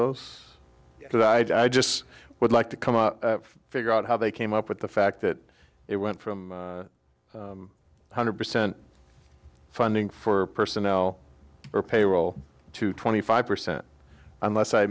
those that i just would like to come up figure out how they came up with the fact that it went from one hundred percent funding for personnel or payroll to twenty five percent unless i